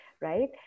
right